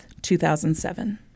2007